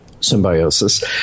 symbiosis